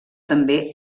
també